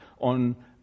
on